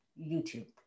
YouTube